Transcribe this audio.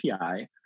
API